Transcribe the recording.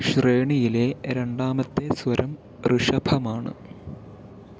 ശ്രേണിയിലെ രണ്ടാമത്തെ സ്വരം ഋഷഭമാണ്